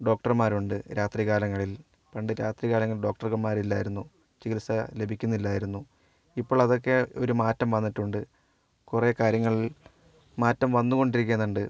ഡോക്ടർമാരുണ്ട് രാത്രികാലങ്ങളിൽ പണ്ട് രാത്രികാലങ്ങളിൽ ഡോക്ടർമാരില്ലായിരുന്നു ചികിത്സ ലഭിക്കുന്നില്ലായിരുന്നു ഇപ്പോൾ അതൊക്കെ ഒരു മാറ്റം വന്നിട്ടുണ്ട് കുറേ കാര്യങ്ങളിൽ മാറ്റം വന്നുകൊണ്ടിരിക്കുന്നുണ്ട്